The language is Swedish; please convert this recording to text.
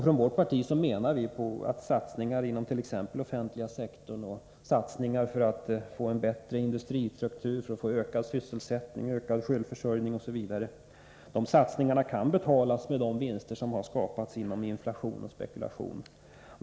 Från vårt parti menar vi att satsningar inom t.ex. den offentliga sektorn och satsningar för att få till stånd en bättre industristruktur, ökad sysselsättning, ökad självförsörjning osv., kan betalas med de vinster som har skapats genominflation och spekulation.